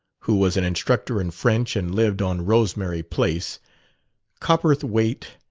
who was an instructor in french and lived on rosemary place copperthwaite,